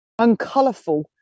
uncolourful